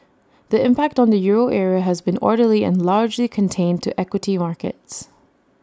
the impact on the euro area has been orderly and largely contained to equity markets